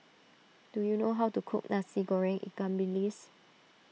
do you know how to cook Nasi Goreng Ikan Bilis